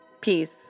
Peace